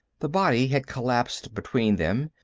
the body had collapsed between them,